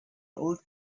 old